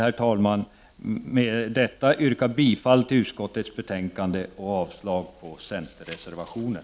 Herr talman! Jag yrkar bifall till utskottets hemställan och avslag på centerreservationen.